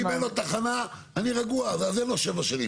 אם אין עוד תחנה, אני רגוע, אז אין לו שבע שנים.